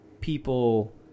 people